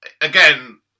again